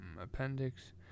Appendix